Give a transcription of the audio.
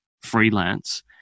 freelance